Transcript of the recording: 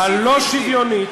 הלא-שוויונית,